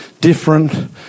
different